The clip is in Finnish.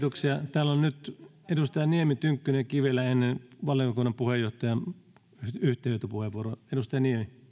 täällä ovat nyt edustajat niemi tynkkynen ja kivelä ennen valiokunnan puheenjohtajan yhteenvetopuheenvuoroa